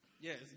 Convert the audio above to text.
Yes